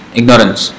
ignorance